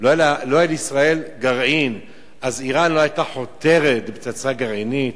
לא היה לישראל גרעין אז אירן לא היתה חותרת לפצצה גרעינית?